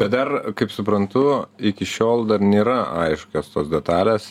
ir dar kaip suprantu iki šiol dar nėra aiškios tos detalės